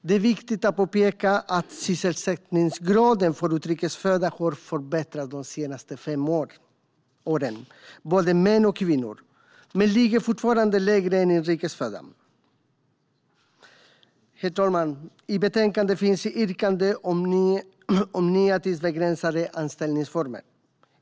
Det är viktig att påpeka att sysselsättningsgraden för utrikes födda har förbättras de senaste fem åren, och det gäller både män och kvinnor. Men den ligger fortfarande lägre än för inrikes födda. Herr talman! I betänkandet finns yrkanden om nya tidsbegränsade anställningsformer.